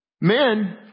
men